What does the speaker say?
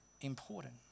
important